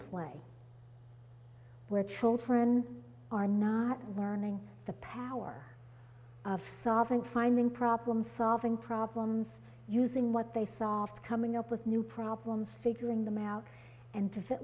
play where children are not learning the power of solving finding problem solving problems using what they solve coming up with new problems figuring them out and